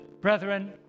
Brethren